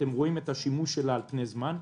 אתם רואים את השימוש שלה על פני זמן.